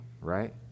Right